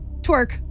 Twerk